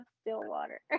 Stillwater